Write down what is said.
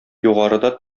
югарыда